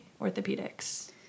orthopedics